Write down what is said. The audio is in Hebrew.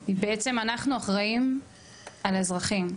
בעצם, אנחנו אחראים על האזרחים,